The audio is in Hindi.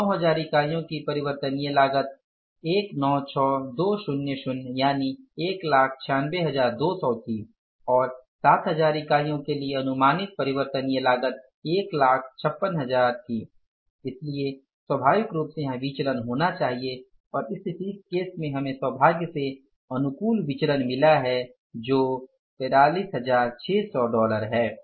तो 9000 इकाईयो की परिवर्तनीय लागत 196200 थी और 7000 इकाईयां के लिए अनुमानित परिवर्तनीय लागत 156000 थी इसलिए स्वाभाविक रूप से वहाँ विचलन होना चाहिए और इस स्थिति के केस में हमें सौभाग्य से अनुकूल विचलन मिला है जो 43600 है